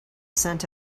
scent